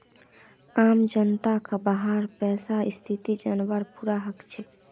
आम जनताक वहार पैसार स्थिति जनवार पूरा हक छेक